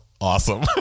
awesome